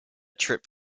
trip